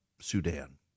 Sudan